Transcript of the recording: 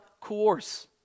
coerce